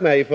förband